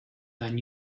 than